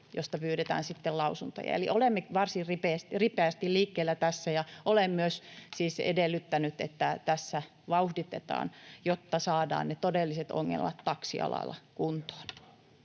josta pyydetään sitten lausuntoja. Eli olemme varsin ripeästi liikkeellä tässä, ja olen myös siis edellyttänyt, että tätä vauhditetaan, jotta saadaan ne todelliset ongelmat taksialalla kuntoon.